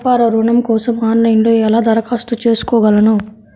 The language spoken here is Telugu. వ్యాపార ఋణం కోసం ఆన్లైన్లో ఎలా దరఖాస్తు చేసుకోగలను?